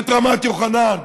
את רמת יוחנן?